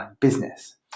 business